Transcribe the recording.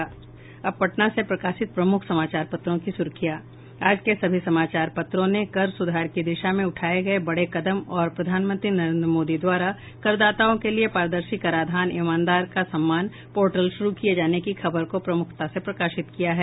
अब पटना से प्रकाशित प्रमुख समाचार पत्रों की सुर्खियां आज के सभी समाचार पत्रों ने कर सुधार की दिशा में उठाये गये बड़े कदम और प्रधानमंत्री नरेन्द्र मोदी द्वारा करदाताओं के लिए पारदर्शी कराधान ईमानदार का सम्मान पोर्टल शुरू किये जाने की खबर को प्रमुखता से प्रकाशित किया है